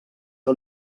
que